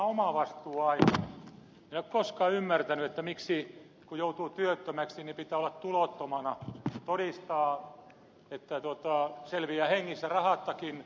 en ole koskaan ymmärtänyt että kun joutuu työttömäksi miksi pitää olla tulottomana todistaa että selviää hengissä rahattakin